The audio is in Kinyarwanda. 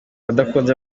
adakunze